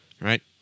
Right